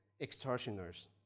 extortioners